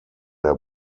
der